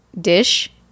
dish